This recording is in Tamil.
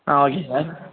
ah okay sir